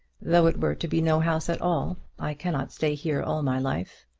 though it were to be no house at all, i cannot stay here all my life.